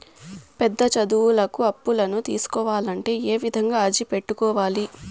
పెద్ద చదువులకు అప్పులను తీసుకోవాలంటే ఏ విధంగా అర్జీ పెట్టుకోవాలి?